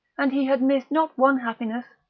and he had missed not one happiness,